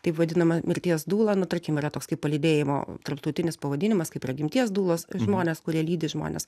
taip vadinama mirties dūla nu tarkim yra toks kaip palydėjimo tarptautinis pavadinimas kaip yra gimties dūlos žmonės kurie lydi žmonės